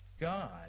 God